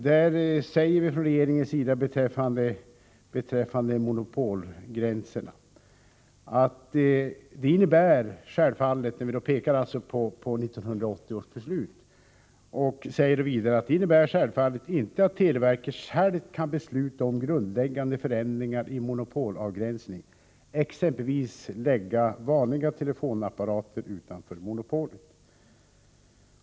Där pekar vi på 1980 års beslut och säger från regeringens sida beträffande monopolgränserna att det självfallet inte innebär att televerket självt kan besluta om grundläggande förändringar i monopolavgränsningen, att exempelvis lägga vanliga telefonapparater utanför monopolet.